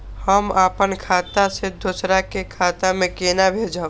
हम आपन खाता से दोहरा के खाता में केना भेजब?